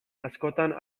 askotan